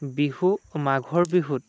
বিহু মাঘৰ বিহুত